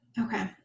Okay